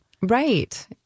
Right